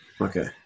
Okay